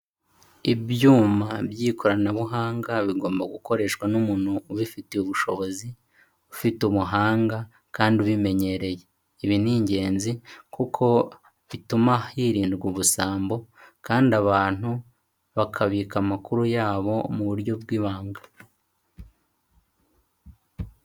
Ibyuma by'ikoranabuhanga bigomba gukoreshwa n'umuntu ubifitiye ubushobozi, ufite ubuhanga kandi ubimenyereye. Ibi ni ingenzi kuko bituma hirindwa ubusambo, kandi abantu bakabika amakuru yabo mu buryo bw'ibanga.